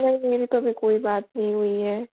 नहीं मेरी तो अभी कोई बात नहीं हुई है